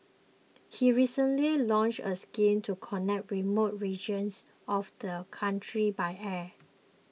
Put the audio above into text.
he recently launched a scheme to connect remote regions of the country by air